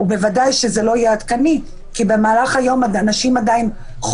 מה גם שזה לא יהיה עדכני כי במהלך היום אנשים יכולים